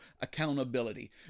accountability